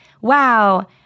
wow